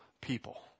people